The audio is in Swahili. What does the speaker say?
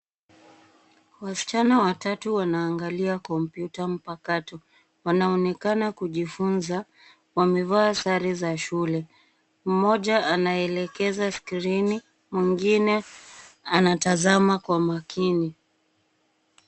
Wasichana watatu wanaangalia kompyuta mpakato. Wanaonekana kujifunza .Wamevaa sare za shule. Mmoja anaelekeza skrini ,mwingine anatazama kwa makini.